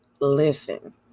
listen